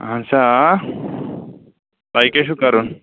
اہن سا آ تۄہہِ کیاہ چھُ کرُن